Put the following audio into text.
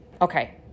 Okay